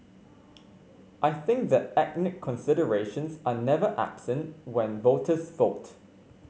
I think that ethnic considerations are never absent when voters vote